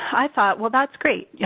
i thought, well, that's great. yeah